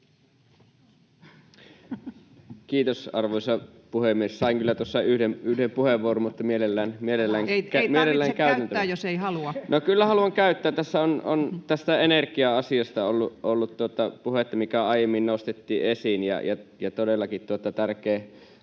Kiitos, arvoisa puhemies! Sain kyllä tuossa yhden puheenvuoron, mutta mielelläni käytän tämän. No, kyllä haluan käyttää. — Tässä on tästä energia-asiasta ollut puhetta, mikä aiemmin nostettiin esiin, todellakin tärkeä